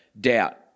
doubt